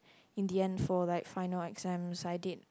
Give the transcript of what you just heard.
in the end for like final exams I did